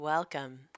Welcome